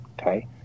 okay